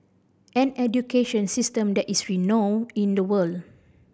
an education system that is renowned in the world